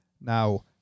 Now